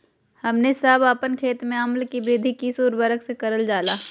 हमने सब अपन खेत में अम्ल कि वृद्धि किस उर्वरक से करलजाला?